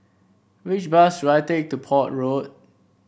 which bus should I take to Port Road